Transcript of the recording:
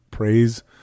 Praise